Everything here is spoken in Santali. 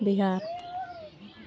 ᱵᱤᱦᱟᱨ